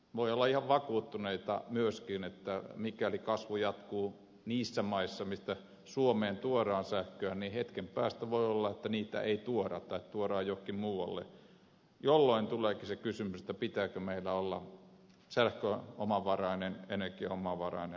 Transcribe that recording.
voidaan olla ihan vakuuttuneita myöskin että mikäli kasvu jatkuu niissä maissa mistä suomeen tuodaan sähköä niin hetken päästä voi olla että sitä ei tuoda tai viedään johonkin muualle jolloin tuleekin se kysymys pitääkö meidän olla sähköomavarainen energiaomavarainen